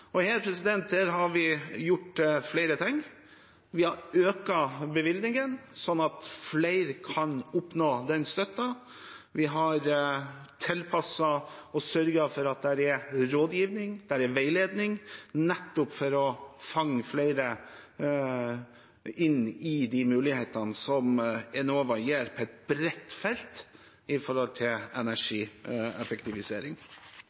Her har vi gjort flere ting: Vi har økt bevilgningene sånn at flere kan oppnå denne støtten. Vi har tilpasset og sørget for at det er rådgivning og veiledning, nettopp for å fange inn flere i de mulighetene Enova gir, på et bredt felt, knyttet til energieffektivisering.